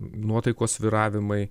nuotaikos svyravimai